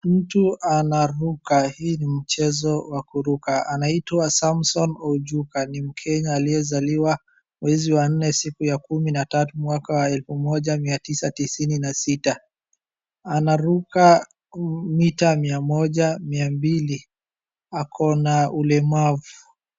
Mtu anaruka. Hii ni mchezo wa kuruka. Anaitwa Samson Ojuka. Ni Mkenya aliyezaliwa mwezi wa nne, siku ya kumi na tatu, mwaka wa 1996. Anaruka mita 100, 200. Ako na ulemavu.